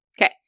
Okay